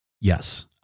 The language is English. Yes